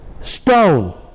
stone